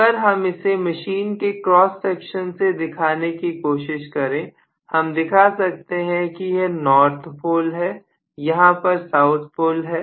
अगर हम इसे मशीन के क्रॉस सेक्शन से दिखाने की कोशिश करें हम दिखा सकते हैं कि यह नॉर्थ पोल है यहां पर साउथ पोल है